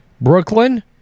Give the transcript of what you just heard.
Brooklyn